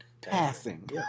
passing